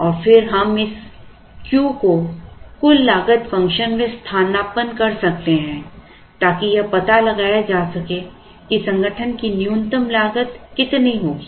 और फिर हम इस Q को कुल लागत फ़ंक्शन में स्थानापन्न कर सकते हैं ताकि यह पता लगाया जा सके कि संगठन की न्यूनतम लागत कितनी होगी